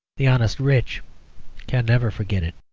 the honest rich can never forget it.